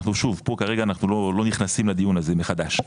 אנחנו שוב פה כרגע אנחנו לא נכנסים לדיון הזה מחדש.